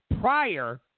prior